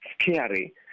scary